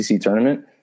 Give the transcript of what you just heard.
tournament